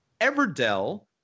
Everdell